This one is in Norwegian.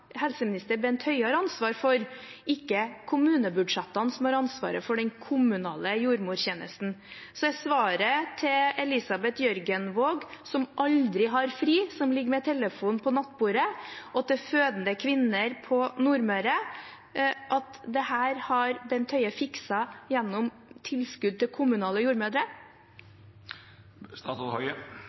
helseminister Bent Høie har ansvar for, ikke kommunebudsjettene, som finansierer den kommunale jordmortjenesten. Er svaret til Elisabeth Jørgenvåg, som aldri har fri, som ligger med telefonen på nattbordet, og til fødende kvinner på Nordmøre at dette har Bent Høie fikset gjennom tilskudd til kommunale